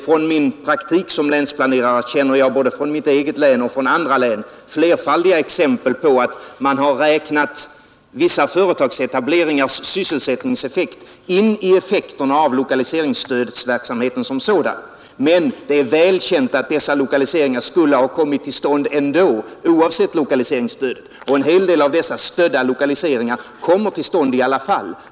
Från min praktik som länsplanerare känner jag, både från mitt eget län och från andra län, flerfaldiga exempel på att man har räknat vissa företagsetableringars sysselsättningseffekt in i effekterna av lokaliseringsstödsverksamheten som sådan. Men det är väl känt att dessa lokaliseringar skulle ha kommit till stånd ändå, oavsett lokaliseringsstödet. Och en hel del av dessa stödda lokaliseringar kommer till stånd i alla fall.